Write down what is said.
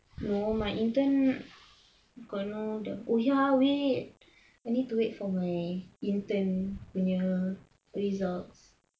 no my intern kena the oh ya wait I need to wait for my intern punya results